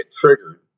triggered